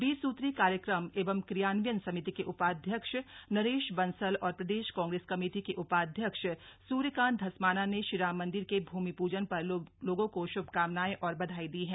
बीस सुत्रीय कार्यक्रम एवं क्रियान्वयन समिति के उपाध्यक्ष नरेश बंसल और प्रदेश कांग्रेस कमेटी के उपाध्यक्ष सूर्यकांत धस्माना ने श्रीराम मंदिर के भूमि पूजन पर लोगों को श्भकामनाएं और बधाई दी है